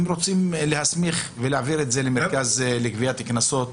הם רוצים להסמיך את המרכז לגביית קנסות